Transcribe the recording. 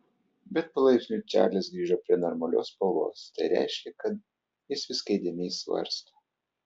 bet palaipsniui čarlis grįžo prie normalios spalvos tai reiškė kad jis viską įdėmiai svarsto